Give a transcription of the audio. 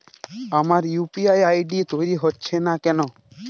আমার UPI ID তৈরি হচ্ছে না কেনো?